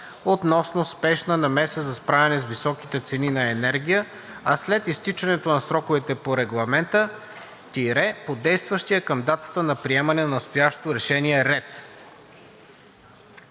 относно спешна намеса за справяне с високите цени на енергия, а след изтичането на сроковете по Регламента – по действащия към датата на приемане на настоящото решение ред.“